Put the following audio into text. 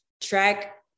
track